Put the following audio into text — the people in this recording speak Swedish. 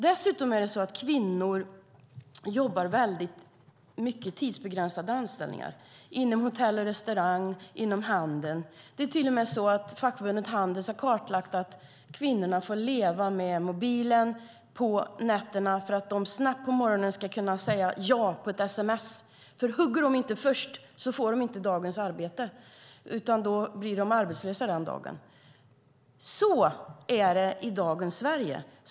Dessutom är det så att kvinnor jobbar väldigt mycket i tidsbegränsade anställningar, inom hotell och restaurang och inom handeln. Det är till och med så att fackförbundet Handels har kartlagt att kvinnor får leva med mobilen på nätterna för att de på morgonen snabbt ska kunna svara ja på ett sms. Hugger de inte först får de nämligen inte dagens arbete, utan då blir de arbetslösa den dagen. Så är det i dagens Sverige.